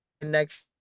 connection